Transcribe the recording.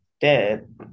dead